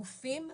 גופים,